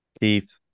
Keith